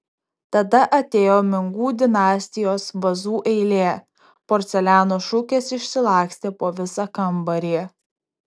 tada atėjo mingų dinastijos vazų eilė porceliano šukės išsilakstė po visą kambarį